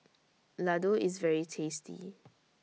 Laddu IS very tasty